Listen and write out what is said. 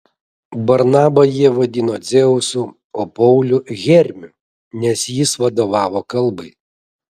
barnabą jie vadino dzeusu o paulių hermiu nes jis vadovavo kalbai